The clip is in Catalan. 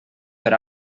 per